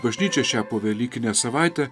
bažnyčia šią povelykinę savaitę